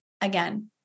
again